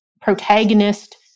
protagonist